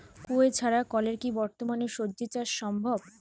কুয়োর ছাড়া কলের কি বর্তমানে শ্বজিচাষ সম্ভব?